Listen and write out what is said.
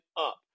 up